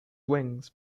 wings